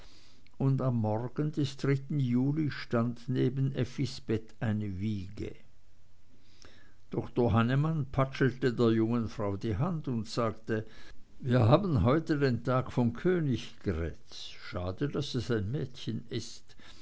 und am morgen des juli stand neben effis bett eine wiege doktor hannemann patschelte der jungen frau die hand und sagte wir haben heute den tag von königgrätz schade daß es ein mädchen ist